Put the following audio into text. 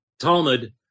Talmud